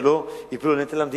שלא ייפלו לנטל על המדינה.